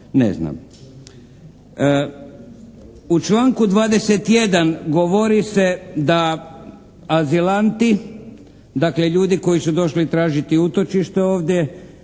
ne znam. U članku 21. govori se da azilanti, dakle ljudi koji su došli tražiti utočište ovdje